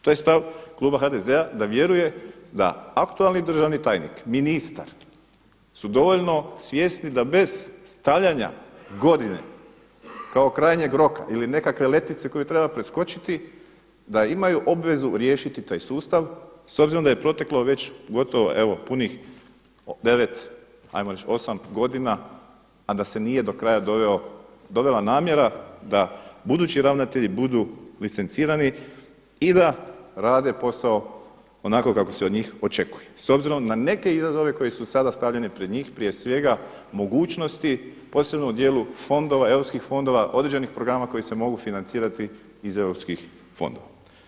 To je stav Kluba HDZ-a da vjeruje da aktualni državni tajnik, ministar su dovoljno svjesni da bez stavljanja godine kao krajnjeg roka ili nekakve letvice koju treba preskočiti da imaju obvezu riješiti taj sustav s obzirom da je proteklo već gotovo evo punih devet ajmo reći osam godina a da se nije do kraja dovela namjera da budući ravnatelji budu licencirati i da rade posao onako kako se od njih očekuje s obzirom da neke izazove koji su sada stavljeni pred njih prije svega mogućnosti u posebnom dijelu fondova, europskih fondova određenih programa koji se mogu financirati iz europskih fondova.